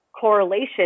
correlation